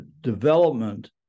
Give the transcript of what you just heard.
development